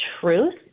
truth